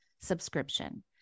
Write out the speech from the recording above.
subscription